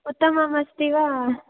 उत्तमम् अस्ति वा